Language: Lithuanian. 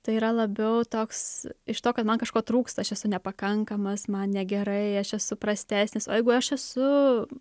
tai yra labiau toks iš to kad man kažko trūksta aš esu nepakankamas man negerai aš esu prastesnis o jeigu aš esu